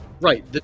Right